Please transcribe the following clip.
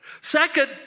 Second